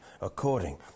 according